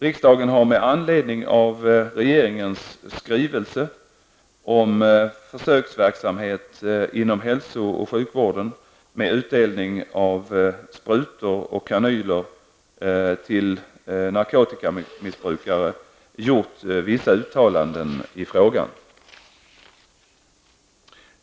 Riksdagen har med anledning av regeringens skrivelse om försöksverksamhet inom hälso och sjukvården med utdelning av sprutor och kanyler till narkotikamissbrukare gjort vissa uttalanden i frågan.